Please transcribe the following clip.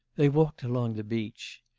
they walked along the beach.